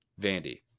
Vandy